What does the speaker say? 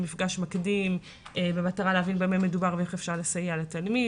מפגש מקדים במטרה להבין במה מדובר ואיך אפשר לסייע לתלמיד,